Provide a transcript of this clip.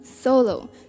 Solo